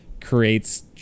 creates